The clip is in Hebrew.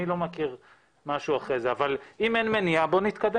אם אין מניעה, אני אשמח.